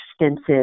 extensive